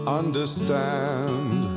understand